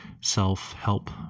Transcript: self-help